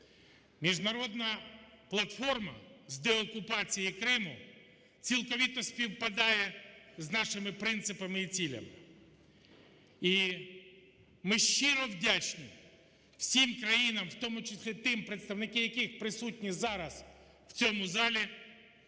Міжнародна платформа з деокупації Криму цілковито співпадає з нашими принципами і цілями. І ми щиро вдячні всім країнам, у тому числі тим, представники яких присутні зараз в цьому залі,